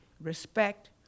respect